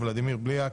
ולדימיר בליאק,